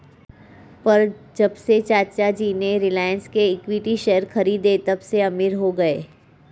पर जब से चाचा जी ने रिलायंस के इक्विटी शेयर खरीदें तबसे अमीर हो गए